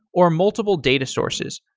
or multiple data sources.